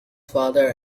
father